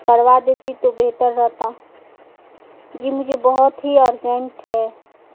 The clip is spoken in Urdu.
کروا دیتی تو بہتر رہتا جی مجھے بہت ہی ارجنٹ ہے